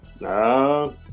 No